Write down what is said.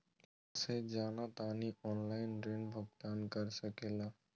रहुआ से जाना तानी ऑनलाइन ऋण भुगतान कर सके ला?